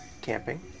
camping